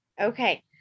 Okay